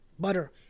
butter